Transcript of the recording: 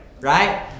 right